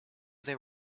there